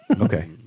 okay